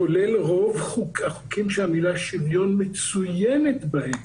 כולל רוב החוקים שהמילה שוויון מצוינת בהם,